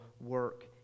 work